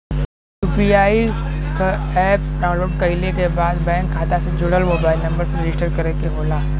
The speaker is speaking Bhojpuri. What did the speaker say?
यू.पी.आई क एप डाउनलोड कइले के बाद बैंक खाता से जुड़ल मोबाइल नंबर से रजिस्टर करे के होला